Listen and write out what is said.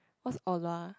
what's Or-Lua